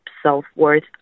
self-worth